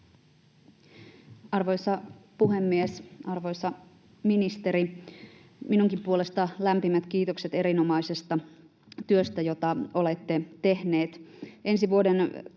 Arvoisa puhemies! Arvoisa ministeri! Minunkin puolestani lämpimät kiitokset erinomaisesta työstä, jota olette tehneet.